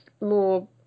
more